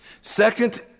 Second